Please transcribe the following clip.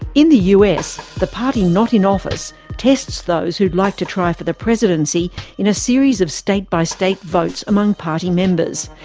in the us, the party not in office tests those who'd like to try for the presidency in a series of state by state votes among party members.